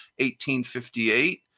1858